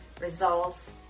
results